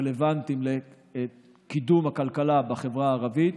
הרלוונטיים במשרד לקידום הכלכלה בחברה הערבית.